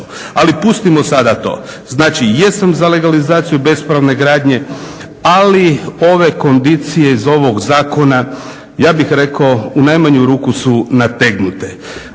Ali pustimo sada to. Znači jesam za legalizaciju bespravne gradnje, ali ove kondicije iz ovog zakona ja bih rekao u najmanju ruku su nategnute.